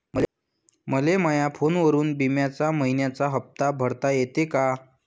मले माया फोनवरून बिम्याचा मइन्याचा हप्ता भरता येते का?